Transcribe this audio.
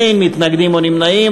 אין מתנגדים או נמנעים.